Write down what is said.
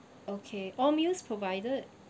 okay all meals provided